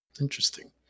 Interesting